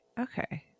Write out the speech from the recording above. Okay